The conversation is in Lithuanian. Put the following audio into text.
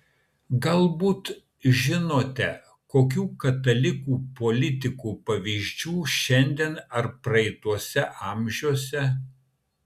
galbūt žinote tokių katalikų politikų pavyzdžių šiandien ar praeituose amžiuose